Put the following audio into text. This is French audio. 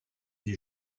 des